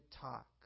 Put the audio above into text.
talk